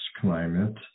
climate